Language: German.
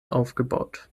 aufgebaut